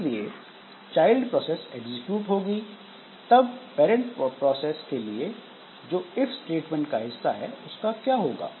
इसलिए child process execute होगी तब पैरंट प्रोसेस के लिए जो इफ स्टेटमेंट का हिस्सा है उसका क्या होगा